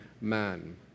man